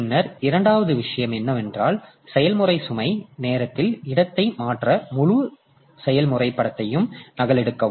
பின்னர் இரண்டாவது விஷயம் என்னவென்றால் செயல்முறை சுமை நேரத்தில் இடத்தை மாற்ற முழு செயல்முறை படத்தையும் நகலெடுக்கவும்